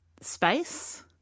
space